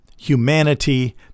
humanity